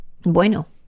bueno